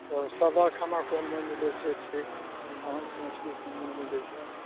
तऽ सादा खाना कोनमे मिलैत छै ठीक माँस मछली कोनमे मिलैत छै